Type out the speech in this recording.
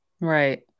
Right